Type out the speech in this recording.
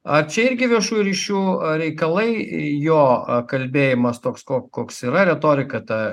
ar čia irgi viešųjų ryšių reikalai jo a kalbėjimas toks kok koks yra retorika ta